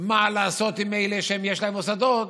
מה לעשות עם אלה שיש להם מוסדות,